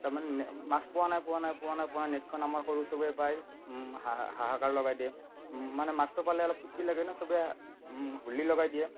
তাৰমানে মাছ পোৱা নাই পোৱা নাই পোৱা নাই পোৱা নাই নেটখন আমাৰ সৰু সবে পাই হা হাহাকাৰ লগাই দিয়ে মানে মাছটো পালে অলপ ফূৰ্তি লাগে ন' সবে হোলী লগাই দিয়ে